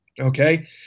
Okay